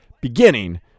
beginning